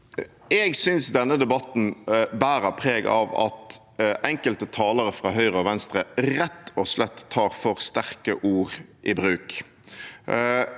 Jeg synes denne debatten bærer preg av at enkelte talere fra Høyre og Venstre rett og slett tar for sterke ord i bruk.